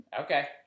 Okay